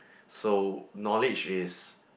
so knowledge is